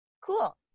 cool